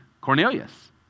Cornelius